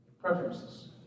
Preferences